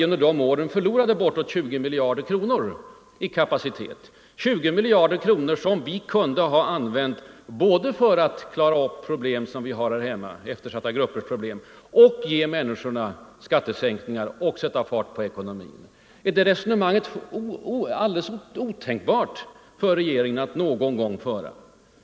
Under de åren förlorade vi bortåt 20 miljarder kronor, 20 miljarder som vi kunde ha använt för att klara upp problem som vi har här hemma — eftersatta gruppers problem —- och för att ge människorna skattesänkningar och för att sätta fart på ekonomin. Är det alldeles otänkbart för regeringen att någon gång föra ett sådant resonemang?